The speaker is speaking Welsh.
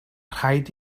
rhaid